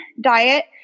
diet